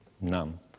None